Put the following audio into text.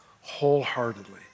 wholeheartedly